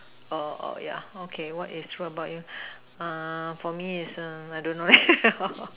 oh oh yeah okay what is true about you uh for me is err I don't know